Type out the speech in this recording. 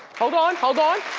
hold on, hold on!